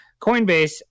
coinbase